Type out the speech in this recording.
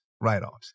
write-offs